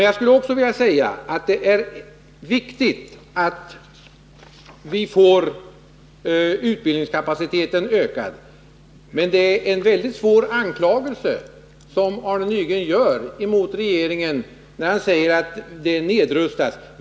Jag skulle också vilja säga att det är viktigt att utbildningskapaciteten ökas, men det är en väldigt svår anklagelse som Arne Nygren riktar mot regeringen, när han säger att det nedrustas på det här området.